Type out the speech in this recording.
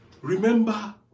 remember